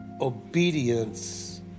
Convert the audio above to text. obedience